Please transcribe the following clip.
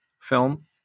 film